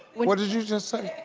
what did you just say?